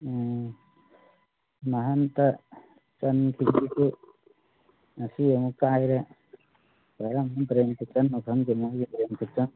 ꯎꯝ ꯅꯍꯥꯟꯇ ꯆꯟꯈꯤꯕꯗꯨ ꯉꯁꯤ ꯑꯃꯨꯛ ꯀꯥꯏꯔꯦ ꯀꯔꯝꯕ ꯗ꯭ꯔꯦꯟ ꯈꯨꯆꯟꯅꯣ ꯈꯪꯗꯦ ꯃꯣꯏꯒꯤ ꯗ꯭ꯔꯦꯟ ꯈꯨꯆꯟꯁꯦ